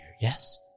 Yes